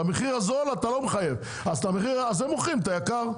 המחיר הזול אתה לא מחייב, אז הם מוכרים את היקר.